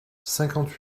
cinquante